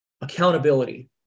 Accountability